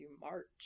March